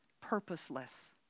purposeless